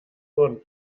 wurden